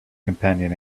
companion